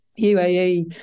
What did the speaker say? UAE